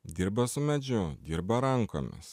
dirba su medžiu dirba rankomis